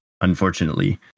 unfortunately